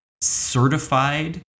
certified